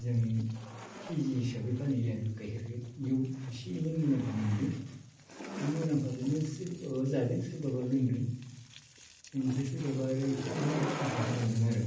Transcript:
जों केजि हिसाबै फानहैयो आरो गायखेरखो इयाव इसे इनै मुलाम्फा मोनदो बे मुलाम्फाजोनो सोरबाबा जादों सोरबाबा लोंदों इनिफ्राय सोरबाबा इसे इनै इन्काम खालामदों आरो